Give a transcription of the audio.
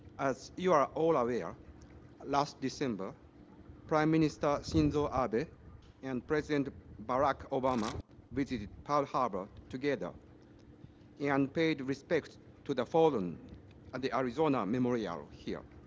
as you are all aware last december prime minister shinzo abe and president barack obama visited pearl harbor together yun paid respects to the fallen at the arizona memorial here